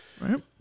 Right